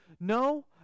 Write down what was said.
No